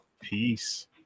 Peace